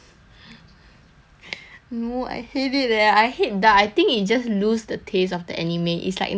no I hate it leh I hate dub I think it just lose the taste of the anime it's like not as authentic anymore